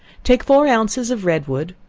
take four ounces of red wood,